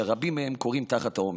שרבים מהם כורעים תחת העומס.